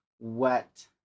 wet